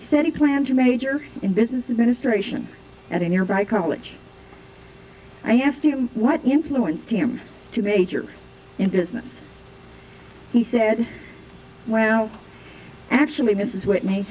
he planned to major in business administration at a nearby college i asked him what influenced him to major in business he said well actually this is wh